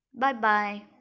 Bye-bye